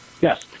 Yes